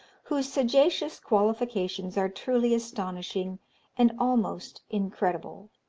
whose sagacious qualifications are truly astonishing and almost incredible.